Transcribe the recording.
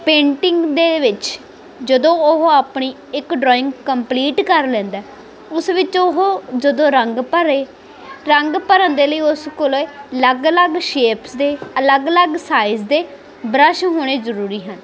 painting ਦੇ ਵਿੱਚ ਜਦੋਂ ਉਹ ਆਪਣੀ ਇੱਕ ਡਰਾਇੰਗ ਕੰਪਲੀਟ ਕਰ ਲੈਂਦਾ ਉਸ ਵਿੱਚ ਉਹ ਜਦੋਂ ਰੰਗ ਭਰੇ ਰੰਗ ਭਰਨ ਦੇ ਲਈ ਉਸ ਕੋਲ ਅਲੱਗ ਅਲੱਗ ਸ਼ੇਪਸ ਦੇ ਅਲੱਗ ਅਲੱਗ ਸਾਈਜ਼ ਦੇ ਬ੍ਰਸ਼ ਹੋਣੇ ਜ਼ਰੂਰੀ ਹਨ